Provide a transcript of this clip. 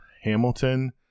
Hamilton